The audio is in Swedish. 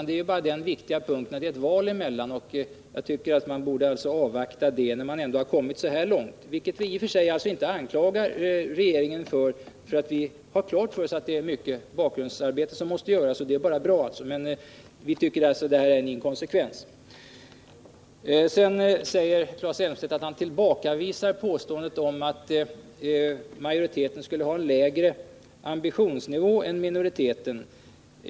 Det är ju bara det att det är ett val emellan, och jag tycker att man borde avvakta det när man ändå kommit så här långt. Vi anklagar i och för sig inte regeringen för detta. Vi har klart för oss att mycket bakgrundsarbete måste göras, och det är bra att det blir gjort, men vi tycker alltså att här finns en inkonsekvens. Claes Elmstedt säger att han tillbakavisar påståendet om att majoriteten skulle ha en lägre ambitionsnivå än minoriteten.